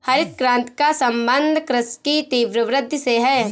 हरित क्रान्ति का सम्बन्ध कृषि की तीव्र वृद्धि से है